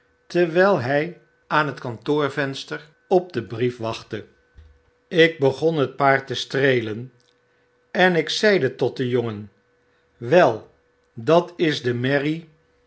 terwyl hy aan het kantoorvenster op den brief wachtte ik begon het paard te streelen en ik zeide tot den jongen wel dat is de merrie